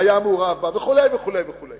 היה מעורב בה, וכו' וכו' וכו'.